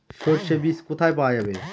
সর্ষে বিজ কোথায় পাওয়া যাবে?